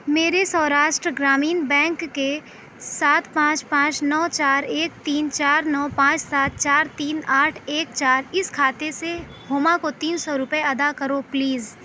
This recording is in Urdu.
میرے سوراشٹر گرامین بینک کے سات پانچ پانچ نو چار ایک تین چار نو پانچ سات چار تین آٹھ ایک چار اس کھاتے سے ہما کو تین سو روپئے ادا کرو پلیز